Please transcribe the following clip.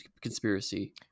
Conspiracy